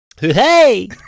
Hey